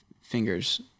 fingers